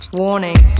warning